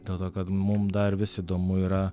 dėl to kad mum dar vis įdomu yra